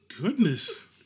Goodness